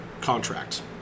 contract